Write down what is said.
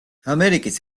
ამერიკის